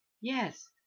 Yes